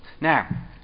Now